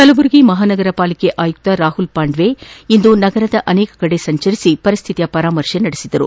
ಕಲಬುರಗಿ ಮಹಾನಗರ ಪಾಲಿಕೆ ಆಯುಕ್ತ ರಾಹುಲ್ ಪಾಂದ್ವೆ ಇಂದು ನಗರದ ಅನೇಕ ಕಡೆ ಸಂಚರಿಸಿ ಪರಿಸ್ಠಿತಿಯ ಪರಾಮರ್ಶೆ ಮಾಡಿದ್ದಾರೆ